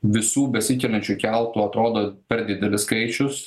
visų besikeliančių keltų atrodo per didelis skaičius